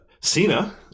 Cena